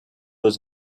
was